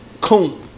Coon